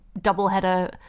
doubleheader